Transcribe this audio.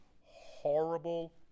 horrible